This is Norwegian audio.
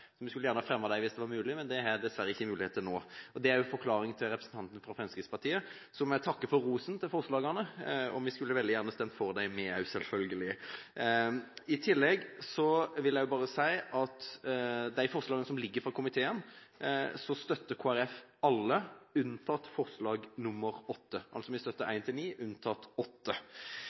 Vi skulle gjerne ha fremmet dem hvis det var mulig, men det er dessverre ikke mulig nå. Det er en forklaring til representanten fra Fremskrittspartiet. Så må jeg takke for rosen for forslagene. Vi skulle veldig gjerne stemt for dem, vi også, selvfølgelig. I tillegg vil jeg bare si at av de forslagene som ligger i komitéinnstillingen, støtter Kristelig Folkeparti alle unntatt forslag nr. 8. Vi støtter altså forslagene nr. 1–9 unntatt